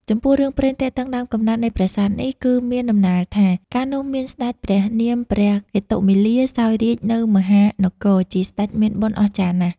ចំពោះរឿងព្រេងទាក់ទងដើមកំណើតនៃប្រាសាទនេះ គឺមានដំណាលថា កាលនោះមានសេ្តចព្រះនាមព្រះកេតុមាលា សោយរាជនៅមហានគរ ជាសេ្តចមានបុណ្យអស្ចារ្យណាស់។